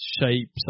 shapes